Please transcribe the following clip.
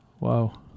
Wow